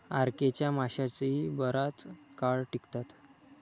RK च्या माश्याही बराच काळ टिकतात